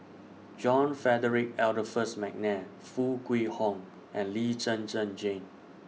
John Frederick Adolphus Mcnair Foo Kwee Horng and Lee Zhen Zhen Jane